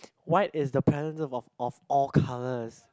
white is the presence of of all colours